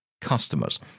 customers